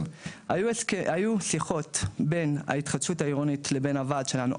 היו שיחות בין ההתחדשות העירונית לבין הוועד שלנו,